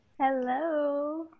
Hello